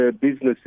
businesses